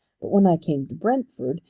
but when i came to brentford,